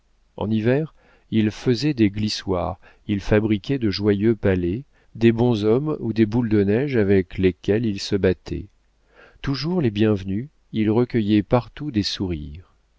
en hiver ils faisaient des glissoires ils fabriquaient de joyeux palais des bonshommes ou des boules de neige avec lesquelles ils se battaient toujours les bienvenus ils recueillaient partout des sourires